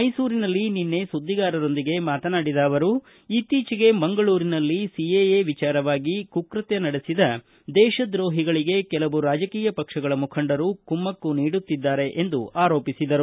ಮೈಸೂರಿನಲ್ಲಿ ನಿನ್ನೆ ಸುದ್ದಿಗಾರರೊಂದಿಗೆ ಮಾತನಾಡಿದ ಅವರು ಇತ್ತೀಚೆಗೆ ಮಂಗಳೂರಿನಲ್ಲಿ ಸಿಎಎ ವಿಚಾರವಾಗಿ ಕುಕೃತ್ಯ ನಡೆಸಿದ ದೇಶದ್ರೋಹಿಗಳಿಗೆ ಕೆಲವು ರಾಜಕೀಯ ಪಕ್ಷಗಳ ಮುಖಂಡರು ಕುಮ್ಮಕ್ಕು ನೀಡುತ್ತಿದ್ದಾರೆ ಎಂದು ಆರೋಪಿಸಿದರು